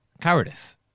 cowardice